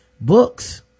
books